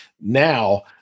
now